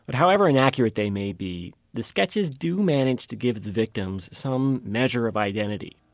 but however inaccurate they may be, the sketches do manage to give the victims some measure of identity.